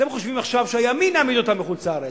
אתם חושבים עכשיו שהימין יעמיד אותם בחוץ-לארץ.